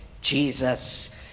Jesus